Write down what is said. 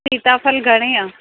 सीताफ़ल घणे आहे